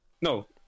No